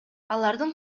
алардын